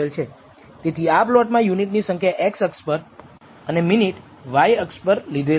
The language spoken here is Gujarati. તેથી આ પ્લોટમાં યુનિટ ની સંખ્યા x અક્ષ પર અને મિનિટ y અક્ષ લીધેલ છે